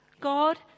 God